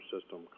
system